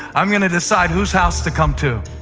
i'm going to decide whose house to come to.